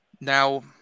Now